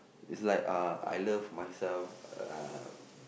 it's like uh I love myself uh